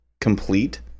complete